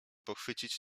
pochwycić